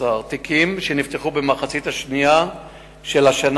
המשטרה בחצי השנה